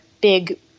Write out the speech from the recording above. big